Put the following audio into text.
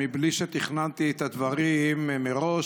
מבלי שתכננתי את הדברים מראש,